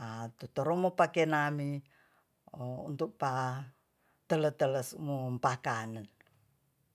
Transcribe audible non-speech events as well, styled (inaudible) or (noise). a tutorong mopake nami (hesitation) untuk pa tele-tele sumpakane